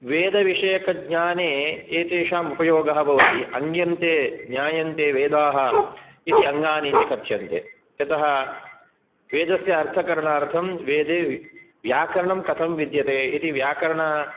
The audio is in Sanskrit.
वेदविषयकज्ञाने एतेषाम् उपयोगः भवति अङग्यन्ते ज्ञायन्ते वेदाः इति अङ्गानि इति कथ्यन्ते यतः वेदस्य अर्थकरणार्थं वेदे व्याकरणं कथं विद्यते इति व्याकरण